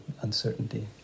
uncertainty